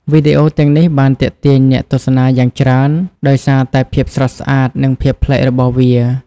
វីដេអូទាំងនេះបានទាក់ទាញអ្នកទស្សនាយ៉ាងច្រើន ដោយសារតែភាពស្រស់ស្អាត និងភាពប្លែករបស់វា។